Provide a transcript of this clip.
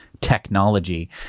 technology